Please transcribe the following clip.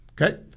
Okay